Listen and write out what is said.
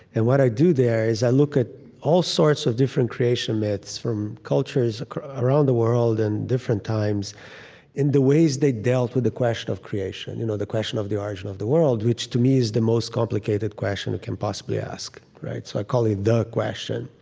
and what i do there is i look at all sorts of different creation myths from cultures around the world in and different times in the ways they dealt with the question of creation, you know the question of the origin of the world, which to me is the most complicated question you can possibly ask. right? so i call it the question.